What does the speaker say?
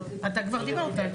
אתה כבר דיברת.